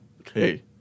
okay